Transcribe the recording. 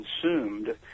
consumed